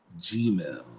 gmail